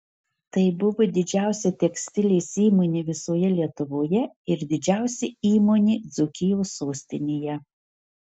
tai buvo didžiausia tekstilės įmonė visoje lietuvoje ir didžiausia įmonė dzūkijos sostinėje